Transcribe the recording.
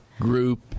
group